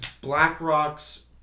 BlackRock's